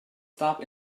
stop